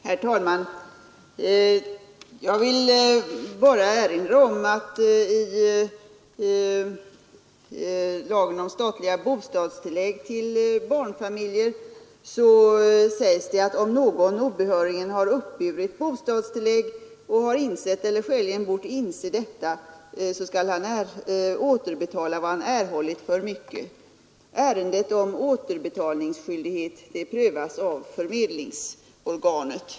Herr talman! Jag vill bara erinra om att det i lagen om statliga bostadstillägg till barnfamiljer sägs att om någon obehörigen har uppburit bostadstillägg och har insett eller skäligen bort inse detta skall han återbetala vad han erhållit för mycket. Ärende om återbetalningsskyldighet prövas av förmedlingsorganet.